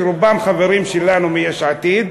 שרובם חברים שלנו מיש עתיד,